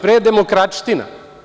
Pre je demokratština.